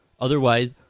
otherwise